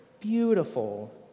beautiful